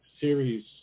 series